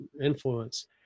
influence